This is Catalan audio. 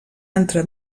entre